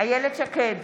איילת שקד,